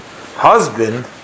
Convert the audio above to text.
husband